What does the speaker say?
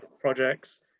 projects